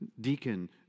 deacon